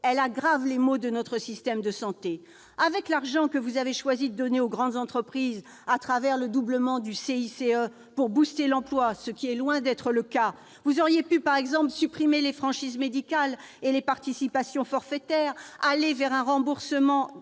Elle aggrave les maux de notre système de santé. Avec l'argent que vous avez choisi de donner aux grandes entreprises, au travers du doublement du CICE, pour « booster » l'emploi- nous sommes loin du résultat visé !-, vous auriez pu, par exemple, supprimer les franchises médicales et les participations forfaitaires et aller vers un remboursement